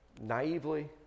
naively